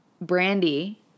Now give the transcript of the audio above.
Brandy